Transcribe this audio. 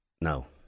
no